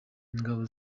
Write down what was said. ingabo